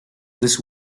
this